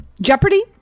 Jeopardy